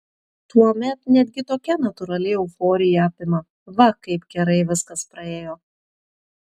tuomet netgi tokia natūrali euforija apima va kaip gerai viskas praėjo